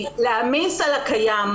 להעמיס על הקיים,